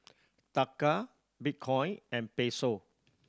Taka Bitcoin and Peso